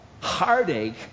heartache